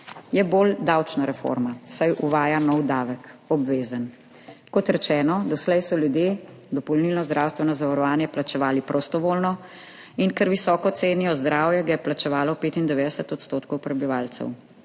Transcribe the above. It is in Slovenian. je bolj davčna reforma, saj uvaja nov obvezen davek. Kot rečeno, doslej so ljudje dopolnilno zdravstveno zavarovanje plačevali prostovoljno in ker visoko cenijo zdravje, ga je plačevalo 95 % prebivalcev.